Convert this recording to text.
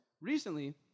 Recently